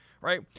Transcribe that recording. right